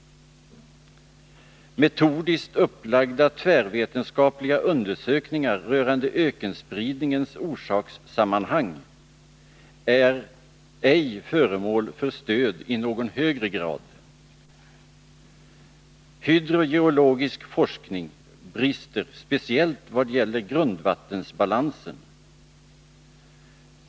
Metodiskt upplagda tvärvetenskapliga undersökningar rörande ökenspridningens orsakssammanhang är ej föremål för stöd i någon högre grad. Hydrogeologisk forskning brister speciellt i vad gäller grundvattenbalansen.